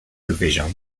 division